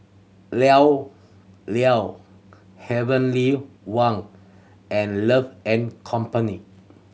Llao Llao Heavenly Wang and Love and Company